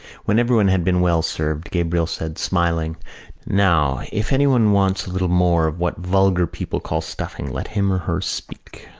when everyone had been well served gabriel said, smiling now, if anyone wants a little more of what vulgar people call stuffing let him or her speak.